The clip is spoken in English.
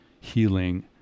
healing